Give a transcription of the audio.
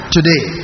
Today